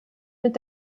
mit